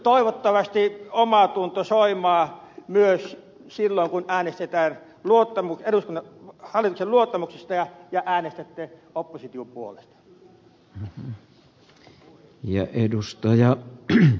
toivottavasti omatunto soimaa myös silloin kun äänestetään hallituksen luottamuksesta ja äänestätte opposition ehdotuksen puolesta